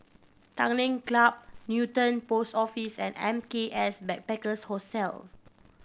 Tanglin Club Newton Post Office and M K S Backpackers Hostel